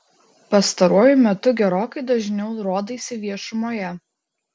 pastaruoju metu gerokai dažniau rodaisi viešumoje